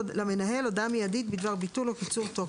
צריך לתת איזשהו אמון בסיסי באנשים שמנהלים את העסק.